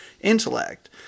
intellect